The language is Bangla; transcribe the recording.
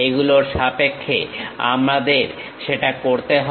এগুলোর সাপেক্ষে আমাদের সেটা দেখতে হয়